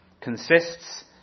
consists